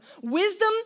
Wisdom